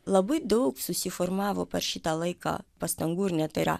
labai daug susiformavo per šitą laiką pastangų ir net yra